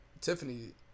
Tiffany